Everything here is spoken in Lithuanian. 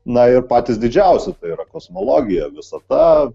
na ir patys didžiausi tai yra kosmologija visata